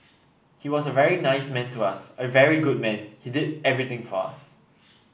he was a very nice man to us a very good man he did everything for us